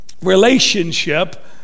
relationship